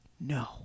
No